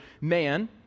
man